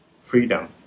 freedom